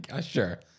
sure